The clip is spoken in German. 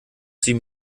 sie